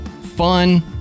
fun